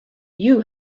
you